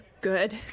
good